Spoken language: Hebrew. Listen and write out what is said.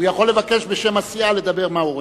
הוא יכול לבקש בשם הסיעה לדבר מה שהוא רוצה.